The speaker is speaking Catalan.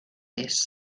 est